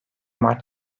mart